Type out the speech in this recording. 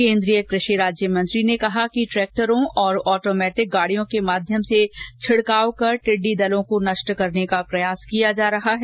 केन्द्रीय कृषि राज्य मंत्री कैलाश चौधरी ने कहा कि ट्रैक्टरो और ऑटोमेटिक गाड़ियों के माध्यम से छिड़काव कर टिड्डी दलों को मारने का प्रयास किया जा रहा है